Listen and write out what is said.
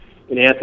Anthony